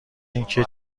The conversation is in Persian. اینکه